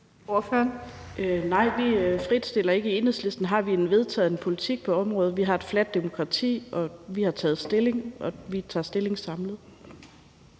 Nej, vi fritstiller ikke. I Enhedslisten har vi en vedtaget politik på området. Vi har et fladt demokrati, og vi har taget stilling, og vi tager stilling samlet.